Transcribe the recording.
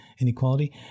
inequality